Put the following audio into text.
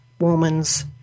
woman's